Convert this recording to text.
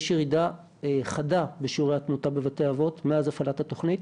יש ירידה חדה בשיעורי התמותה בבתי האבות מאז הפעלת התוכנית.